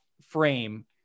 frame